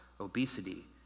obesity